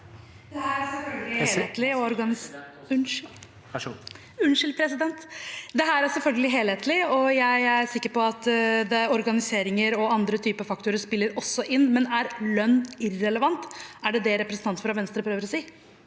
Dette er selv- følgelig helhetlig, og jeg er sikker på at organisering og andre typer faktorer også spiller inn, men er lønn irrelevant? Er det det representanten fra Venstre prøver å si?